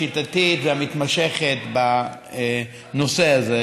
השיטתית והמתמשכת בנושא הזה,